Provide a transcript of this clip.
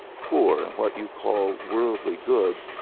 poor in what you call worldly goods,